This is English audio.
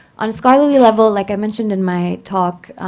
on a scholarly level, like i mentioned in my talk,